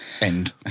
End